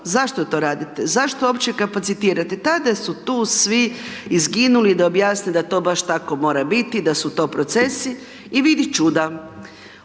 zašto to radite, zašto uopće kapacitirate tada su tu svi izginuli da objasne da to baš tako mora biti, da su to procesi. I vidi čuda,